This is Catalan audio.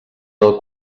del